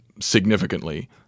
significantly